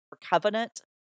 covenant